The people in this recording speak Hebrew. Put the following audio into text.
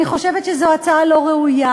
אני חושבת שזו הצעה לא ראויה,